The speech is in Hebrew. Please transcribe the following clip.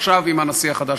עכשיו עם הנשיא החדש,